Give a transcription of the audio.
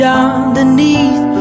underneath